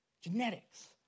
genetics